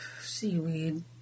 seaweed